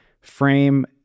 frame